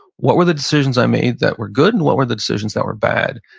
what were the decisions i made that were good and what were the decisions that were bad?